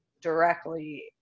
directly